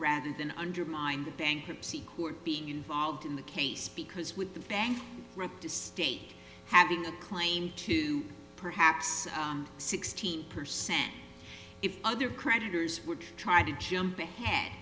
rather than undermine the bankruptcy court being involved in the case because with the bank to state having a claim to perhaps sixty percent if other creditors would try to jump ahead